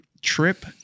trip